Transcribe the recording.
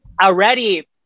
already